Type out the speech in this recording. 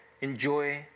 enjoy